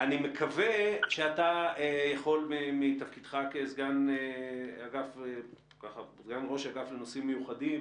אני מקווה שאתה יכול מתפקידך כסגן ראש אגף לנושאים מיוחדים